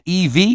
EV